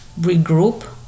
regroup